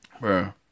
Bro